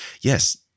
Yes